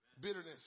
Bitterness